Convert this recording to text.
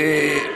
אדוני,